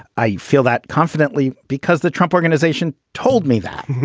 i feel that confidently because the trump organization told me that